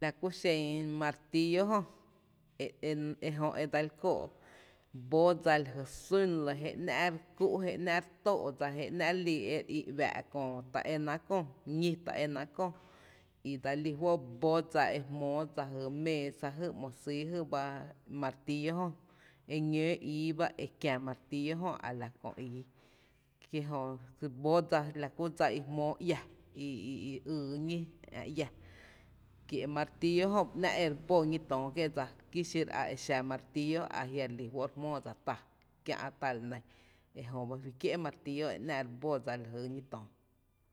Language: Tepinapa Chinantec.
La kú xen martíllo jö, e e ejö e dsel kóó’ bó dsa lajy sún lɇ jé ‘nⱥ’ re kú’ jé ‘nⱥ’ re tóó’ dsa jé nⱥ’ re í e re í uⱥⱥ’ köö ta é náá’ köö ñí ta é náá’ köö i dsa lí fó’ bó dsa e jmóó dsa la jy méésa jý ‘mo sýý jy ba martíllo jö e ñoo ii ba e kiä martillo jö a la kö ii, kí jö bódsa la kú i jmóó iä, la jyn i yy ñí ä’ iá kie’ martillo jö ba ‘nⱥ’ e bí ñí töó kié’ dsa kí xiro a e xa martíllo a jia’ re lí fó’ ere jmóó dsa tá kiä’ t la ne, ejö ba fí kié’ martíllo e ‘nⱥ’ re bódsa lajy ñí töó.